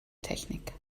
technik